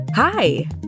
Hi